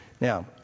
Now